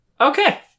Okay